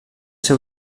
ser